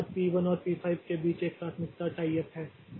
उसके बाद पी 1 और पी 5 के बीच एक प्राथमिकता टाई अप है